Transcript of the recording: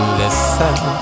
listen